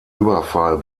überfall